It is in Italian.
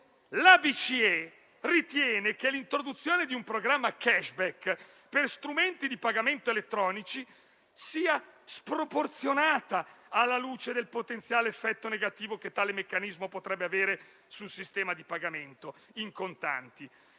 la BCE ritiene che l'introduzione di un programma *cashback* per strumenti di pagamento elettronici sia sproporzionata, alla luce del potenziale effetto negativo che tale meccanismo potrebbe avere sul sistema di pagamento in contanti,